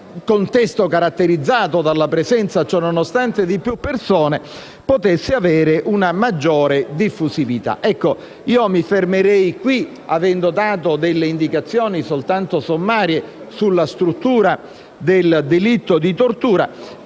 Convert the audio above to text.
contesto, caratterizzato dalla presenza di più persone, potesse avere una maggiore diffusività. Concluderei qui il mio intervento, avendo dato delle indicazioni soltanto sommarie sulla struttura del delitto di tortura.